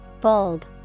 Bold